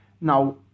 Now